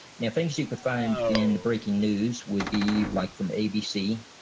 now things you could find in the breaking news would be like from abc,